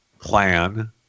plan